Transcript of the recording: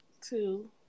two